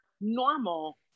normal